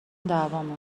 دعوامون